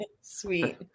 sweet